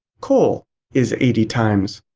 coal is eighty times.